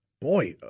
boy